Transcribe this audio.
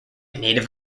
native